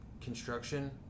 construction